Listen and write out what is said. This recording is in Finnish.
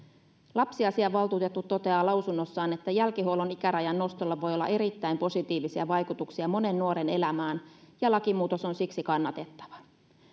lapsiasiavaltuutettu toteaa lausunnossaan että jälkihuollon ikärajan nostolla voi olla erittäin positiivisia vaikutuksia monen nuoren elämään ja lakimuutos on siksi kannatettava